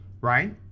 right